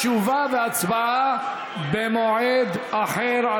תשובה והצבעה יהיו במועד אחר,